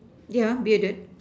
yeah bearded